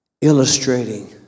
illustrating